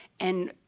and